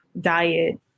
diet